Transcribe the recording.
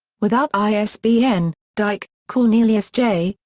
without isbn dyck, cornelius j,